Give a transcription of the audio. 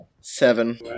Seven